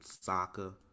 soccer